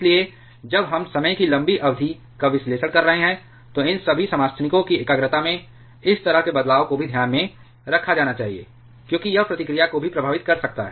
इसलिए जब हम समय की लंबी अवधि का विश्लेषण कर रहे हैं तो इन सभी समस्थानिकों की एकाग्रता में इस तरह के बदलाव को भी ध्यान में रखा जाना चाहिए क्योंकि यह प्रतिक्रिया को भी प्रभावित कर सकता है